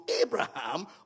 Abraham